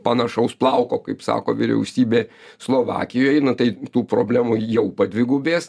panašaus plauko kaip sako vyriausybė slovakijoj tai tų problemų jau padvigubės